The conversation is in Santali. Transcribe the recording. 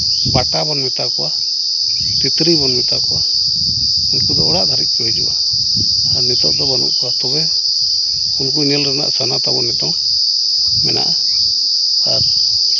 ᱵᱟᱴᱟ ᱵᱚᱱ ᱢᱮᱛᱟ ᱠᱚᱣᱟ ᱛᱤᱛᱨᱤ ᱵᱚᱱ ᱢᱮᱛᱟ ᱠᱚᱣᱟ ᱩᱱᱠᱩ ᱫᱚ ᱚᱲᱟᱜ ᱫᱷᱟᱹᱨᱤᱡ ᱠᱚ ᱦᱤᱡᱩᱜᱼᱟ ᱟᱨ ᱱᱤᱛᱚᱜ ᱫᱚ ᱵᱟᱹᱱᱩᱜ ᱠᱚᱣᱟ ᱛᱚᱵᱮ ᱩᱱᱠᱩ ᱧᱮᱞ ᱨᱮᱱᱟᱜ ᱥᱟᱱᱟ ᱛᱟᱵᱚᱱ ᱱᱤᱛᱚᱝ ᱢᱮᱱᱟᱜᱼᱟ ᱟᱨ